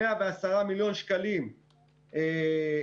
110 מיליון שקלים למיגון,